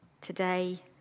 today